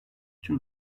tüm